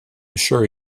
sure